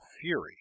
fury